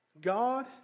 God